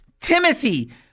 Timothy